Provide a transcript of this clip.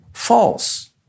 false